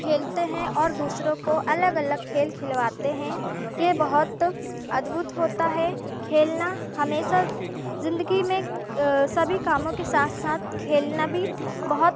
खेलते हैं और दूसरों को अलग अलग खेल खिलवाते हैं ये बहुत अदभुत होता है खेलना हमेशा ज़िंदगी में सभी कामों के साथ साथ खेलना भी बहुत